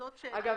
אגב,